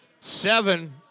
seven